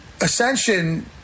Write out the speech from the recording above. Ascension